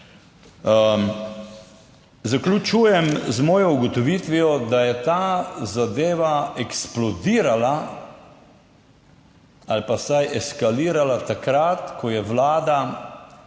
Zaključujem z mojo ugotovitvijo, da je ta zadeva eksplodirala ali pa vsaj eskalirala takrat, ko je vlada